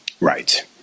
Right